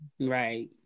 Right